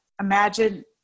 imagine